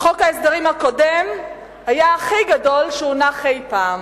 חוק ההסדרים הקודם היה הכי גדול שהונח אי-פעם.